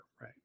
Right